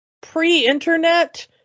pre-internet